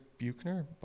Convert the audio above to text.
Buchner